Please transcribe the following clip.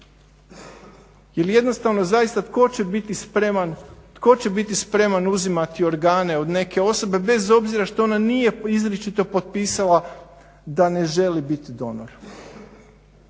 Jer jednostavno zaista tko će biti spreman uzimati organe od neke osobe bez obzira što ona nije izričito potpisala da ne želi biti donor.